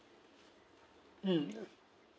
mm